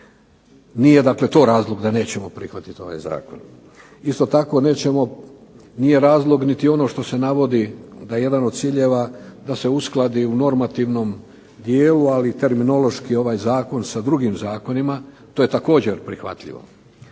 dakle to razlog da nećemo prihvatiti ovaj zakon. Isto tako nećemo, nije razlog niti ono što se navodi da je jedan od ciljeva da se uskladi u normativnom dijelu ali i terminološki ovaj zakon sa drugim zakonima. To je također prihvatljivo.